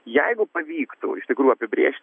jeigu pavyktų iš tikrųjų apibrėžt